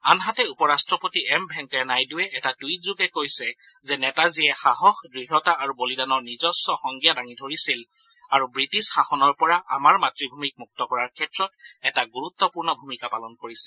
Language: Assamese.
আনহাতে উপ ৰাট্ৰপতি এম ভেংকায়া নাইডুৱে এটা টুইটযোগে কৈছে যে নেতাজীয়ে সাহস দৃঢ়তা আৰু বলিদানৰ নিজস্ব সংজ্ঞা দাঙি ধৰিছিল আৰু ৱিটিছ শাসনৰ পৰা আমাৰ মাতৃভূমিক মুক্ত কৰাৰ ক্ষেত্ৰত এটা গুৰুত্পূৰ্ণ ভূমিকা পালন কৰিছিল